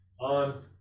on